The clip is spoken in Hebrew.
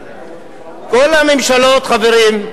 כל הממשלות, חברים,